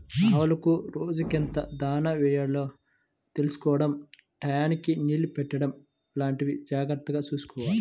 ఆవులకు రోజుకెంత దాణా యెయ్యాలో తెలుసుకోడం టైయ్యానికి నీళ్ళు పెట్టడం లాంటివి జాగర్తగా చూసుకోవాలి